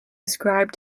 ascribe